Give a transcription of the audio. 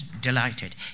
delighted